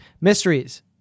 Mysteries